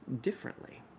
differently